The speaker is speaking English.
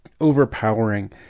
overpowering